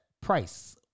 price